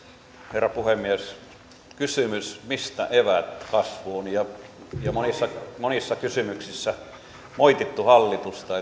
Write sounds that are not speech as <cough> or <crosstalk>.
herra puhemies kysymykseen mistä eväät kasvuun monissa monissa kysymyksissä on moitittu hallitusta <unintelligible>